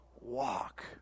walk